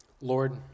Lord